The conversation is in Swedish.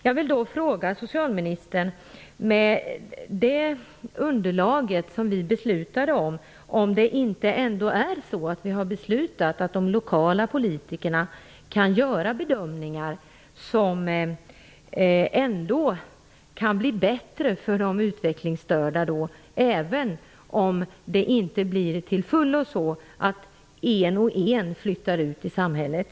Jag vill fråga socialministern om inte det underlag som vi beslutade om innebär att de lokala politikerna kan göra bedömningar som leder till att de utvecklingsstörda kan få det bättre, även om det inte till fullo blir så att en och en flyttar ut i samhället.